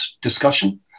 discussion